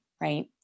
right